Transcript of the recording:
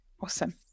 Awesome